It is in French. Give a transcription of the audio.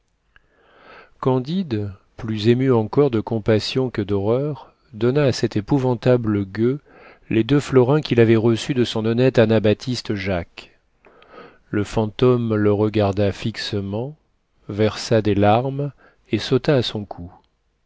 candide plus ému encore de compassion que d'horreur donna à cet épouvantable gueux les deux florins qu'il avait reçus de son honnête anabaptiste jacques le fantôme le regarda fixement versa des larmes et sauta à son cou